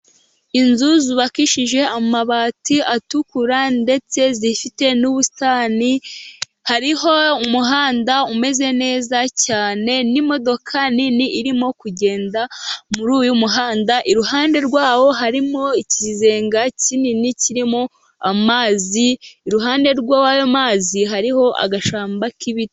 Inzu zubakishije amabati atukura ndetse zifite n'ubusitani, hariho umuhanda umeze neza cyane n'imodoka nini irimo kugenda muri uyu muhanda. Iruhande rwawo harimo ikizenga kinini kirimo amazi, iruhande rw'ayo mazi hariho agashyamba k'ibiti.